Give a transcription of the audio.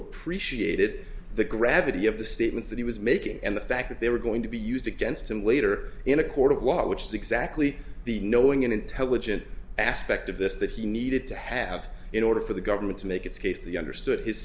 appreciated the gravity of the statements that he was making and the fact that they were going to be used against him later in a court of law which is exactly the knowing and intelligent aspect of this that he needed to have in order for the government to make its case the understood his